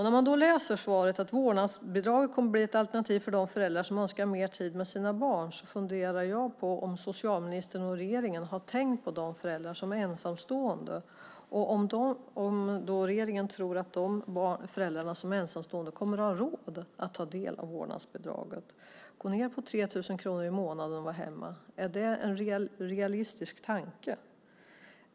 När det då i svaret sägs att vårdnadsbidraget kommer att bli ett alternativ för de föräldrar som önskar mer tid med sina barn undrar jag om socialministern och regeringen tänkt på de föräldrar som är ensamstående och om regeringen tror att de ensamstående föräldrarna kommer att ha råd att ta del av vårdnadsbidraget genom att gå ned till 3 000 kronor i månaden och vara hemma. Är det en realistisk tanke?